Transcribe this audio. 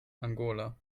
angola